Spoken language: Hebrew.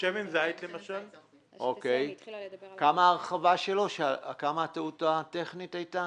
כמה הייתה הטעות הטכנית?